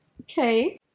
Okay